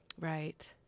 right